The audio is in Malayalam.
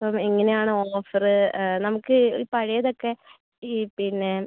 അപ്പം എങ്ങനെയാണ് ഓഫറ് നമുക്ക് ഈ പഴയതൊക്കെ ഈ പിന്നെ